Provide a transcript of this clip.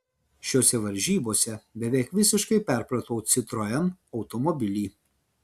šiose varžybose beveik visiškai perpratau citroen automobilį